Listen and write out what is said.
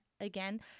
again